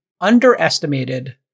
underestimated